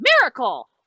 miracle